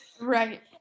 right